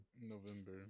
November